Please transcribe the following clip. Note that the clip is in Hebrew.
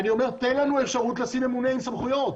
אני אומר: תן לנו אפשרות לשים ממונה עם סמכויות.